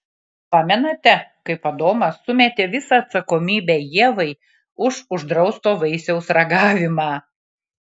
pamenate kaip adomas sumetė visą atsakomybę ievai už uždrausto vaisiaus ragavimą